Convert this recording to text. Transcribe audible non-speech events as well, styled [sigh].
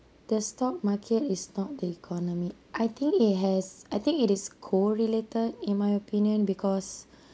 the stock market is not the economy I think it has I think it is correlated in my opinion because [breath]